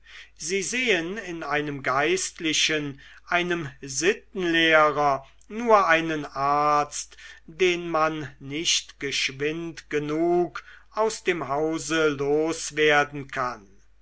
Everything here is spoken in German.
sie sehen in einem geistlichen einem sittenlehrer nur einen arzt den man nicht geschwind genug aus dem hause loswerden kann